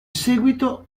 seguito